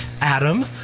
Adam